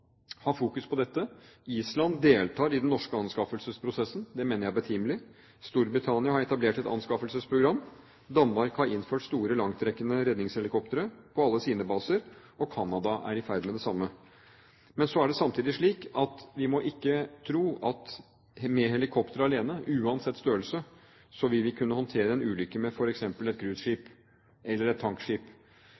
har fokus på dette. Island deltar i den norske anskaffelsesprosessen. Det mener jeg er betimelig. Storbritannia har etablert et anskaffelsesprogram. Danmark har innført store langtrekkende redningshelikoptre på alle sine baser, og Canada er i ferd med det samme. Men så er det samtidig slik at vi må ikke tro at vi med helikoptre alene, uansett størrelse, vil kunne håndtere en ulykke med